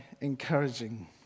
encouraging